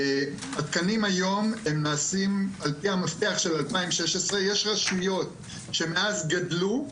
התקנים היום הם נעשים על פי המפתח של 2016. יש רשויות שמאז גדלו,